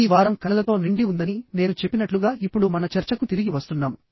ఈ వారం కథలతో నిండి ఉందని నేను చెప్పినట్లుగా ఇప్పుడు మన చర్చకు తిరిగి వస్తున్నాము